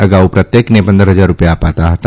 અગાઉ પ્રત્યેકને પંદર હજાર રૂપિયા અપાતા હતા